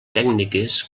tècniques